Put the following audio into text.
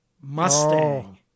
Mustang